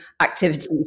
activities